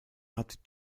hat